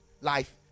life